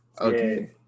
okay